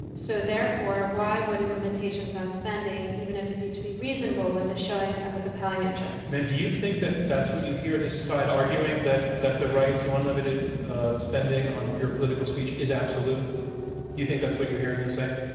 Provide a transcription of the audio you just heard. so, therefore, why wouldn't limitations on spending, even if speech be reasonable with a showing of a compelling interest? ma'am, do you think that, that's what you hear this side arguing that that the right to unlimited ah spending on your political speech is absolute? do you think that's what you're hearing them say?